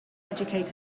educated